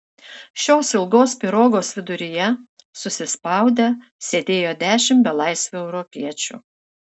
šios ilgos pirogos viduryje susispaudę sėdėjo dešimt belaisvių europiečių